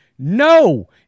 No